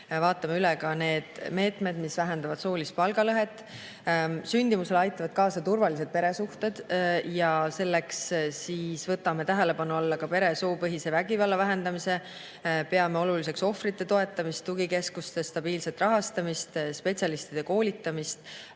vaatame üle need meetmed, mis vähendavad soolist palgalõhet. Sündimusele aitavad kaasa turvalised peresuhted ja selleks võtame tähelepanu alla perevägivalla ja soopõhise vägivalla vähendamise. Peame oluliseks ohvrite toetamist, tugikeskuste stabiilset rahastamist, spetsialistide koolitamist,